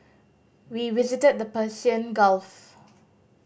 we visited the Persian Gulf